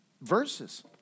verses